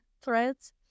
threads